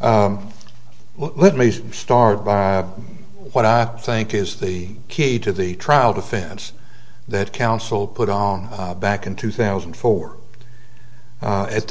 let me start by what i think is the key to the trial defense that counsel put on back in two thousand fo